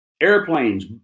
Airplanes